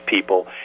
people